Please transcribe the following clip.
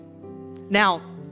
Now